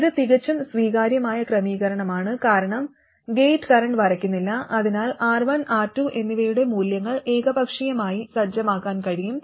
ഇത് തികച്ചും സ്വീകാര്യമായ ക്രമീകരണമാണ് കാരണം ഗേറ്റ് കറന്റ് വരയ്ക്കുന്നില്ല അതിനാൽ R1 R2 എന്നിവയുടെ മൂല്യങ്ങൾ ഏകപക്ഷീയമായി സജ്ജമാക്കാൻ കഴിയും